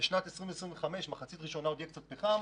ובשנת 2025 במחצית הראשונה עוד יהיה קצת פחם,